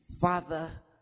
Father